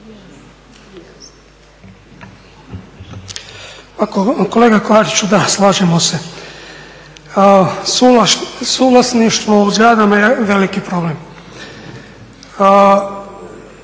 kolega Klariću da, slažemo se. Suvlasništvo u zgradama je veliki problem